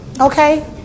Okay